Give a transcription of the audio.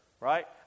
right